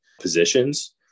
positions